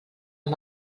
amb